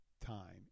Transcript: time